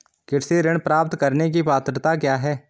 कृषि ऋण प्राप्त करने की पात्रता क्या है?